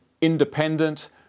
independent